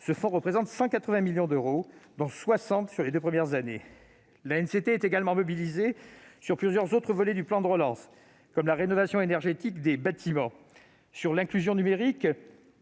Ce fonds représente 180 millions d'euros, dont 60 millions sur les deux premières années. L'ANCT est également mobilisée sur plusieurs autres volets du plan de relance, comme la rénovation énergétique des bâtiments, l'inclusion numérique,